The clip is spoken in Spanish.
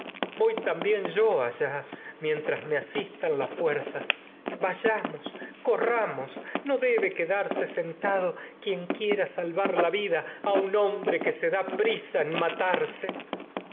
voy también vayamos quiera allá mientras me asistan corramos no debe quedarse senta un do quien salvar la vida a hombre que se da prisa en matarse